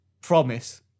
promise